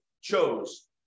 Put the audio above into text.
chose